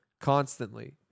constantly